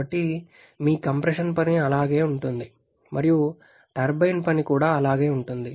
కాబట్టి మీ కంప్రెషన్ పని అలాగే ఉంటుంది మరియు టర్బైన్ పని కూడా అలాగే ఉంటుంది